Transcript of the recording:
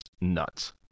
nuts